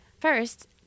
First